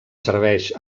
serveix